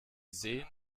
sehen